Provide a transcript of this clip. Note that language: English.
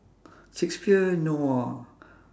shakespeare no ah